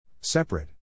Separate